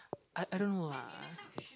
I I don't know lah